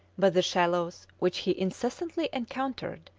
but the shallows which he incessantly encountered,